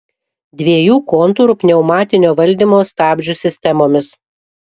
dviejų kontūrų pneumatinio valdymo stabdžių sistemomis